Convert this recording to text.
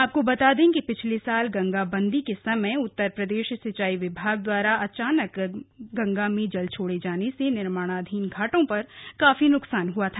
आपको बता दें कि पिछले साल गंगा बंदी के समय उत्तर प्रदेश सिंचाई विभाग द्वारा अचानक गंगा में जल छोड़े जाने से निर्माणाधीन घाटों पर काफी न्कसान हआ था